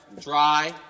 dry